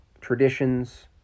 traditions